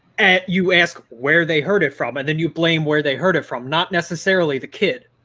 and you ask where they heard it from and then you blame where they heard it from. not necessarily the kid.